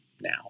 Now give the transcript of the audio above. now